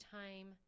time